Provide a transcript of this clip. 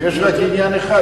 יש עניין אחד,